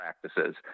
practices